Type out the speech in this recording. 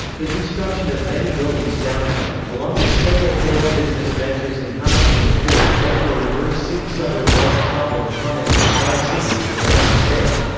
the destruction of many buildings downtown, along with several failed business ventures in housing in the core, led to a reverse city-suburb wealth problem common in small cities with land to spare.